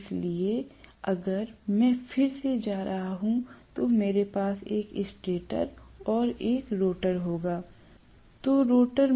इसलिए अगर मैं फिर से जा रहा हूं तो मेरे पास एक स्टेटर और एक रोटर होगा